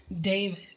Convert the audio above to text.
David